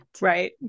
right